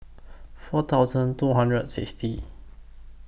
four thousand two hundred and sixty